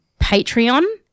Patreon